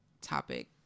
topic